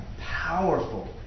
powerful